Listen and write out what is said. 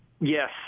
Yes